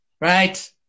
right